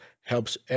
helps